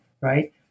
Right